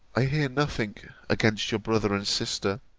i hear nothing against your brother and sister